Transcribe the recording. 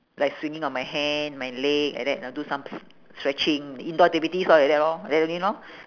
like swinging on my hand my leg like that lah do some s~ stretching indoor activities lor like that lor like that only lor